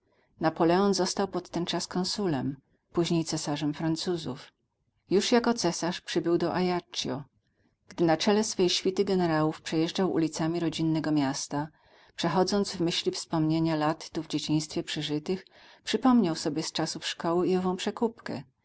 ogromniejsze napoleon został pod ten czas konsulem później cesarzem francuzów już jako cesarz przybył do ajaccio gdy na czele swej świty generałów przejeżdżał ulicami rodzinnego miasta przechodząc w myśli wspomnienia lat tu w dzieciństwie przeżytych przypomniał sobie z czasów szkoły i ową przekupkę